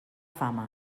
fama